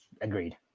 agreed